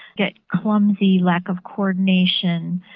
get clumsy, lack of co-ordination,